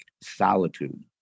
solitude